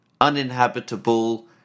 uninhabitable